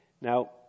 Now